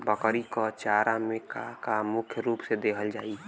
बकरी क चारा में का का मुख्य रूप से देहल जाई?